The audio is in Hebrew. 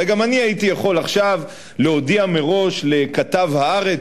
הרי גם אני הייתי יכול עכשיו להודיע מראש לכתב "הארץ",